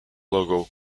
logo